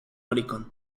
oricon